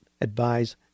advise